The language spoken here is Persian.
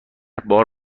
بار